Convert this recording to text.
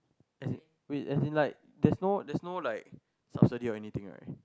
as in wait as in like there's no there's no like subsidy or anything right